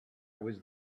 was